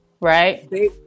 right